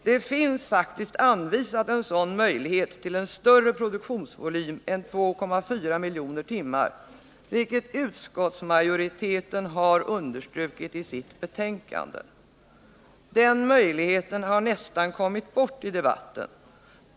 Det finns faktiskt anvisat en möjlighet till en större produktionsvolym än 2,4 miljoner timmar, vilket utskottsmajoriteten har understrukit i sitt betänkande. Den möjligheten har nästan kommit bort i debatten.